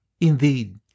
Indeed